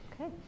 Okay